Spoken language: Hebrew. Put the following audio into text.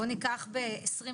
בוא ניקח ב-2020,